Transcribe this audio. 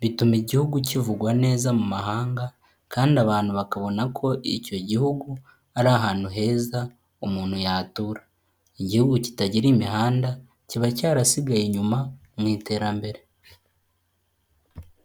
bituma igihugu kivugwa neza mu mahanga kandi abantu bakabona ko icyo gihugu ari ahantu heza umuntu yatura, igihugu kitagira imihanda kiba cyarasigaye inyuma mu iterambere.